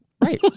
right